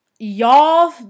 y'all